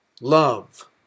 love